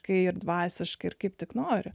kai ir dvasiškai ir kaip tik nori